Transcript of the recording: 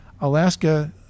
Alaska